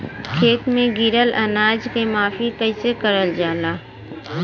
खेत में गिरल अनाज के माफ़ी कईसे करल जाला?